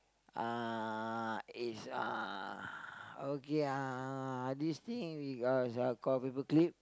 uh it's uh okay uh this thing call paper clip